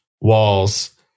walls